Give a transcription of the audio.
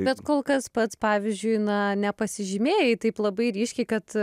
bet kol kas pats pavyzdžiui na nepasižymėjai taip labai ryškiai kad